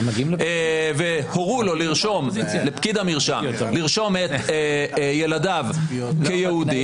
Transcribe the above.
והורו לפקיד המרשם לרשום את ילדיו כיהודים,